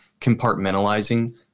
compartmentalizing